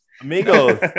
Amigos